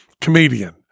comedian